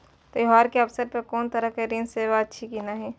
त्योहार के अवसर पर कोनो तरहक ऋण सेवा अछि कि नहिं?